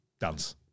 dance